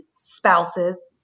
spouses